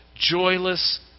joyless